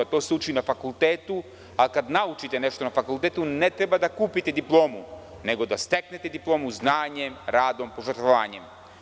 To se uči na fakultetu, a kada naučite nešto na fakultetu ne treba da kupite diplomu nego da steknete diplomu znanjem, radom i požrtvovanjem.